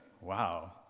Wow